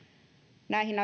näihin